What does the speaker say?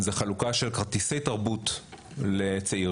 זו חלוקה של כרטיסי תרבות לצעירים,